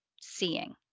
seeing